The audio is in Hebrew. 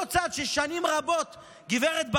אותו צד ששנים רבות, גברת ברביבאי,